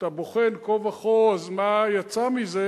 וכשאתה בוחן כה וכה אז מה יצא מזה,